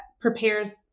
prepares